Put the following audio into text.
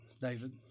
David